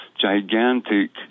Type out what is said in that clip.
gigantic